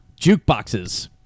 jukeboxes